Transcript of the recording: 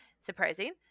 Surprising